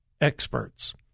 experts